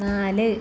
നാല്